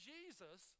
Jesus